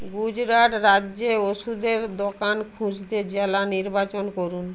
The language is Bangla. গুজরাট রাজ্যে ওষুধের দোকান খুঁজতে জেলা নির্বাচন করুন